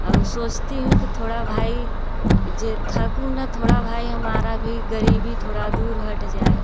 और सोचती हूँ कि थोड़ा भाई जे थकूँ ना थोड़ा भाई हमारा भी गरीबी थोड़ा दूर हट जाए